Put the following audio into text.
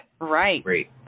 right